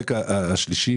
השלישי